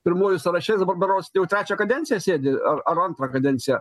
pirmuoju sąrašeir dabar berods jau trečią kadenciją sėdi ar antrą kadenciją